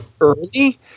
early